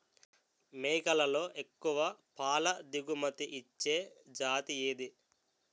మేకలలో ఎక్కువ పాల దిగుమతి ఇచ్చే జతి ఏది?